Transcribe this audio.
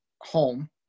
home